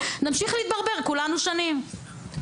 נמשיך להתברבר כולנו שנים.